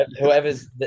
whoever's